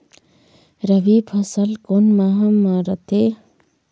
रबी फसल कोन माह म रथे?